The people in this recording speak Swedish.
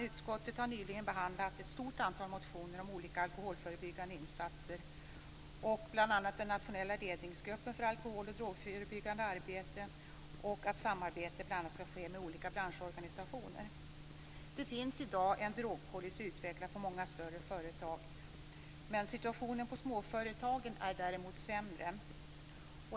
Utskottet har nyligen behandlat ett stort antal motioner om olika alkoholförebyggande insatser, bl.a. om en nationell ledningsgrupp för alkohol och drogförebyggande arbete och om att samarbete bl.a. skall ske med olika branschorganisationer. Det finns i dag en drogpolicy utvecklad på många större företag. Situationen på småföretagen är däremot sämre.